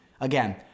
Again